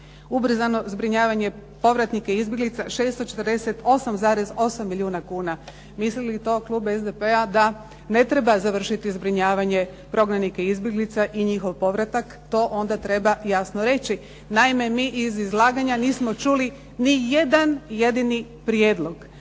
ubrzano zbrinjavanje povratnika i izbjeglica 648,8 milijuna kuna. Misli li to klub SDP-a da ne treba završiti zbrinjavanje prognanika i izbjeglica i njihov povratak to onda treba jasno reći. Naime, mi iz izlaganja nismo čuli nijedan jedini prijedlog,